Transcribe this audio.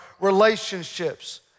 relationships